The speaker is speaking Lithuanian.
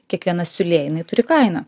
kiekviena siūlė jinai turi kainą